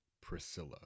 Priscilla